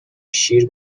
شیر